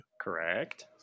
correct